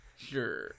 sure